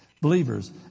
Believers